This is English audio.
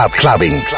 clubbing